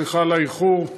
סליחה על האיחור.